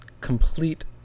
complete